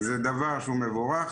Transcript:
זה דבר שהוא מבורך,